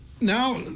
now